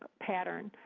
ah pattern.